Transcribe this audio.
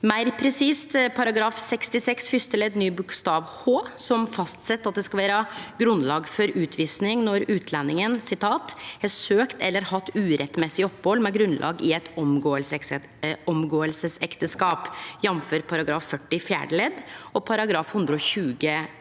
meir presist § 66 fyrste ledd ny bokstav h, som fastset at det skal vere grunnlag for utvising når utlendingen «har søkt eller har hatt urettmessig opphold med grunnlag i et omgåelsesekteskap, jf. § 40 fjerde ledd og § 120 sjette ledd,